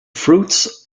fruits